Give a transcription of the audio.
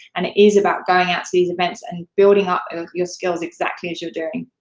and it is about going out to these events and building up your skills exactly as you're doing.